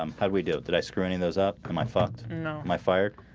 um how do we do that i screwing those up am i fucked? no my fire?